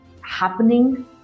happening